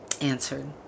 answered